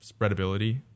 spreadability